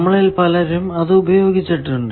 നമ്മളിൽ പലരും അത് ഉപയോഗിച്ചിട്ടുണ്ട്